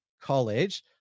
college